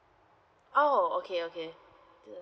oh okay okay